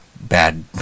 bad